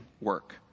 work